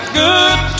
good